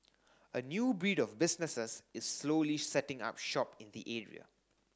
a new breed of businesses is slowly setting up shop in the area